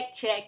check